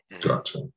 Gotcha